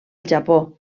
japó